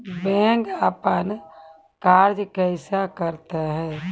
Bank अपन कार्य कैसे करते है?